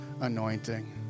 anointing